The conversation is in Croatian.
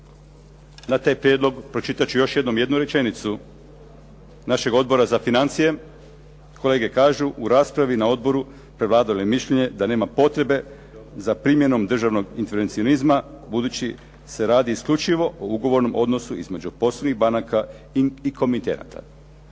Na taj prijedlog pročitat ću još jednom jednu rečenicu našeg Odbora za financije. Kolege kažu: "U raspravi na odboru prevladalo je mišljenje da nema potrebe za primjenom državnog intervencionizma budući se radi isključivo o ugovornom odnosu između poslovnih banaka i komitenata.".